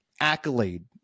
accolade